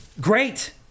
great